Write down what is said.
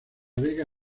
vega